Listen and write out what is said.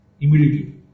immediately